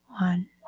One